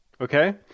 Okay